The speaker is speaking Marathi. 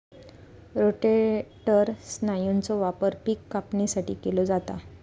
रोटेटर स्नायूचो वापर पिक कापणीसाठी केलो जाता